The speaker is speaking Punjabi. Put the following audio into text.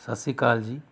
ਸਤਿ ਸ਼੍ਰੀ ਅਕਾਲ